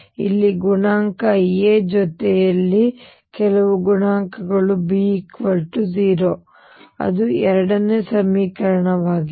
ಇಲ್ಲಿ ಕೆಲವು ಗುಣಾಂಕ A ಜೊತೆಗೆ ಇಲ್ಲಿ ಕೆಲವು ಗುಣಾಂಕಗಳು B 0 ಅದು ಎರಡನೇ ಸಮೀಕರಣವಾಗಿದೆ